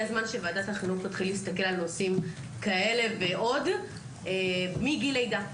הזמן שוועדת החינוך תתחיל להסתכל על נושאים כאלה ועוד מגיל לידה.